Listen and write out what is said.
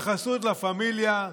בחסות לה פמיליה,